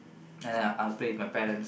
and then I'll play with my parents